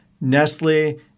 Nestle